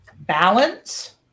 balance